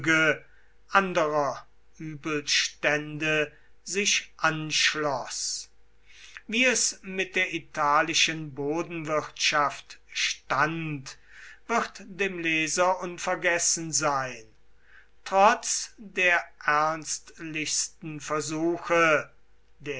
anderer übelstände sich anschloß wie es mit der italischen bodenwirtschaft stand wird dem leser unvergessen sein trotz der ernstlichsten versuche